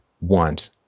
want